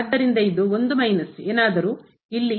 ಆದ್ದರಿಂದ ಇದು 1 ಮೈನಸ್ ಏನಾದರೂ ಇಲ್ಲಿ ಈ ಸಮೀಕರಣ